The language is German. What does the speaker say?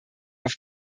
auf